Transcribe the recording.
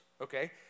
okay